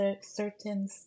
certain